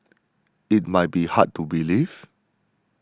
it might be hard to believe